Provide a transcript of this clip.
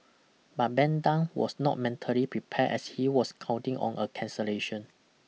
but Ben Tan was not mentally prepared as he was counting on a cancellation